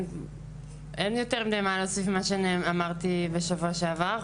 אין לי יותר מה להוסיף ממה שאמרתי בשבוע שעבר.